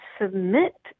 submit